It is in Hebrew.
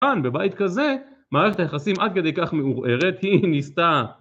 כאן בבית כזה מערכת היחסים עד כדי כך מעורערת, היא ניסתה